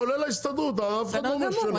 כולל ההסתדרות אף אחד לא אומר שלא,